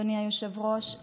אדוני היושב-ראש,